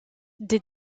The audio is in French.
des